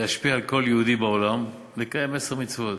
להשפיע על כל יהודי בעולם לקיים עשר מצוות.